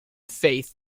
faith